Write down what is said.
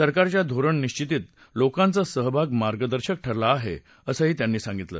सरकारच्या धोरणनिश्वतीत लोकांचा सहभाग मार्गदर्शक ठरला आहे असं त्यांनी सांगितलं